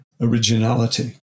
originality